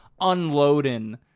unloading